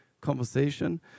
conversation